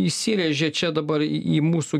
įsirėžė čia dabar į į mūsų